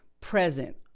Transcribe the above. present